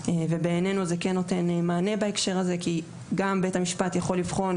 ובעינינו זה כן נותן מענה בהקשר הזה כי גם בית המשפט יכול לבחון,